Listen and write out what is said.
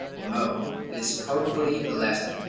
or mo it is probably the latter,